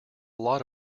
lot